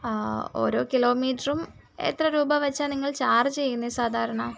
ആ ഓരോ കിലോമീറ്ററും എത്ര രൂപ വെച്ചാണ് നിങ്ങള് ചാർജ് ചെയ്യുന്നേ സാധാരണ